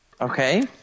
Okay